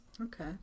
Okay